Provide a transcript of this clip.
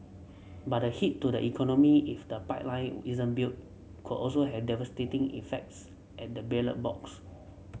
but the hit to the economy if the pipeline isn't built could also had devastating effects at the ballot box